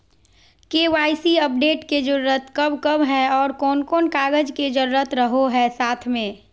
KYC update के जरूरत कब कब है और कौन कौन कागज के जरूरत रहो है साथ में?